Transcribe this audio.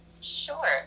Sure